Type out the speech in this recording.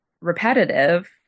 repetitive